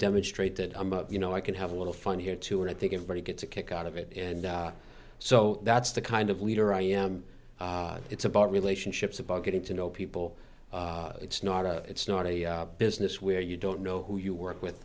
demonstrate that you know i can have a little fun here too and i think everybody gets a kick out of it and so that's the kind of leader i am it's about relationships about getting to know people it's not a it's not a business where you don't know who you work with